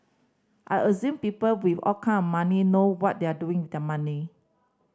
I assume people with all kind of money know what they're doing their money